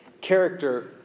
Character